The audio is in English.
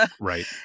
Right